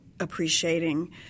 appreciating